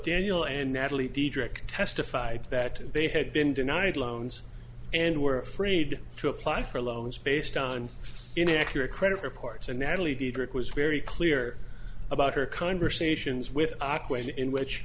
daniel and natalie diedrich testified that they had been denied loans and were afraid to apply for loans based on inaccurate credit reports and natalie diedrich was very clear about her conversations with aqua in which